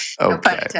Okay